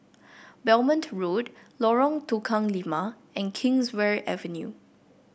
Belmont Road Lorong Tukang Lima and Kingswear Avenue